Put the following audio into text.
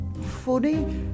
funny